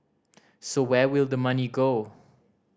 so where will the money go